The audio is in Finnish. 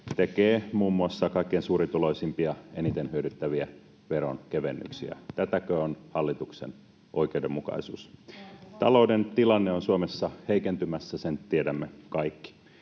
tekee muun muassa kaikkein suurituloisimpia eniten hyödyttäviä veronkevennyksiä. Tätäkö on hallituksen oikeudenmukaisuus? [Eveliina Heinäluoma: Arvovalinta!] Talouden tilanne on Suomessa heikentymässä, sen tiedämme kaikki.